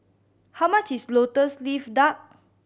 how much is Lotus Leaf Duck